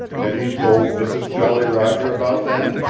have you told mrs. jolly roger about that?